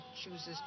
chooses